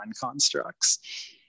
Constructs